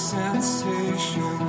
sensation